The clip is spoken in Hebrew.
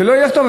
זה לא ילך טוב.